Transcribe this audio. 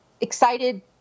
excited